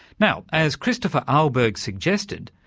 now, as christopher ahlberg suggested,